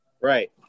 Right